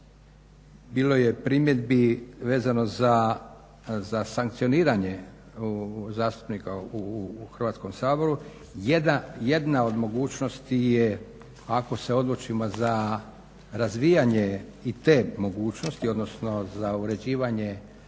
bilo je primjedbi vezano za sankcioniranje zastupnika u Hrvatskom saboru. Jedna od mogućnosti je ako se odlučimo za razvijanje i te mogućnosti, odnosno za uređivanje